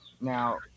now